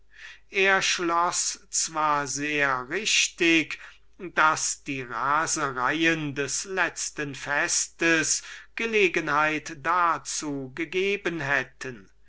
er schloß zwar sehr richtig daß die rasereien des letzten festes gelegenheit dazu gegeben hätten